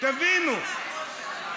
רבים מאיתנו עלו ואמרו.